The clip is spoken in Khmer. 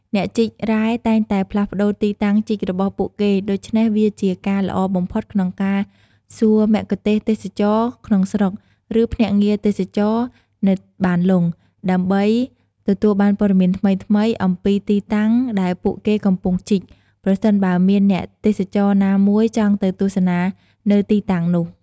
អ្នកជីករ៉ែតែងតែផ្លាស់ប្តូរទីតាំងជីករបស់ពួកគេ ដូច្នេះវាជាការល្អបំផុតក្នុងការសួរមគ្គុទ្ទេសក៍ទេសចរណ៍ក្នុងស្រុក ឬភ្នាក់ងារទេសចរណ៍នៅបានលុង ដើម្បីទទួលបានព័ត៌មានថ្មីៗអំពីទីតាំងដែលពួកគេកំពុងជីក ប្រសិនបើមានអ្នកទេសចរណាមួយចង់ទៅទស្សនានៅទីតាំងនោះ។